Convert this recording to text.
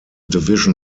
division